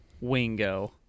Wingo